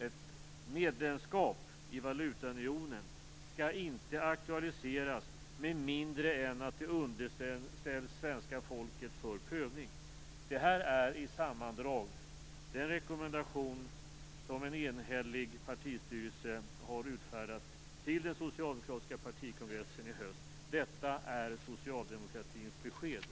Ett medlemskap i valutaunionen skall inte aktualiseras med mindre än att det underställts svenska folket för prövning. Det här är i sammandrag den rekommendation som en enhällig partistyrelse har utfärdat till den socialdemokratiska partikongressen i höst. Detta är socialdemokratins besked.